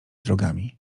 drogami